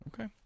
Okay